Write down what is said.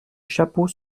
chapeau